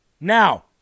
Now